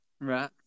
Right